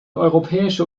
europäische